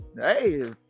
hey